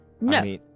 no